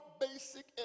basic